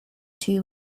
two